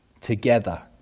together